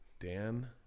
Dan